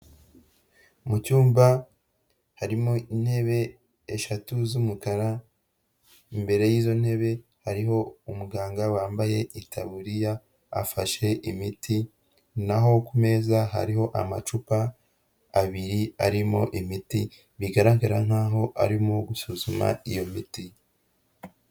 Mu cyumba harimo intebe eshatu z'umukara, imbere y'izo ntebe hariho umuganga wambaye itaburiya afashe imiti, na ho ku meza hariho amacupa abiri arimo imiti, bigaragara nkaho arimo gusuzuma iyo miti.